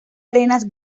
arenas